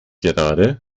gerade